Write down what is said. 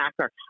actor